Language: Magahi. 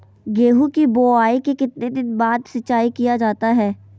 गेंहू की बोआई के कितने दिन बाद सिंचाई किया जाता है?